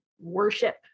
worship